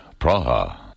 Praha